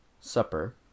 supper